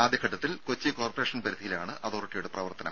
ആദ്യഘട്ടത്തിൽ കൊച്ചി കോർപ്പറേഷൻ പരിധിയിലാണ് അതോറിറ്റിയുടെ പ്രവർത്തനം